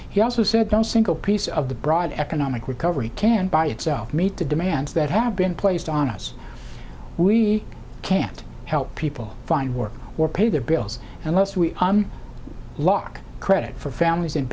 he also said no single piece of the broad economic recovery can by itself meet the demands that have been placed on us we can't help people find work or pay their bills unless we lock credit for families